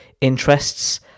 interests